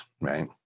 right